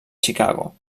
chicago